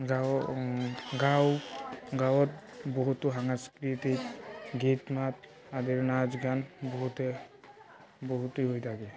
গাঁৱৰ গাওঁ গাঁৱত বহুতো সাংস্কৃতিক গীত মাত আদিৰ নাচ গান বহুতে বহুতেই হৈ থাকে